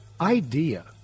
idea